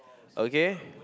okay